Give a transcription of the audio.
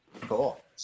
Cool